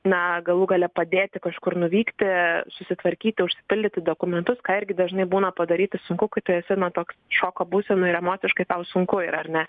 na galų gale padėti kažkur nuvykti susitvarkyti užsipildyti dokumentus ką irgi dažnai būna padaryti sunku kai tu esi na toks šoko būsenoje ir emociškai tau sunku ir ar ne